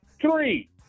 Three